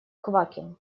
квакин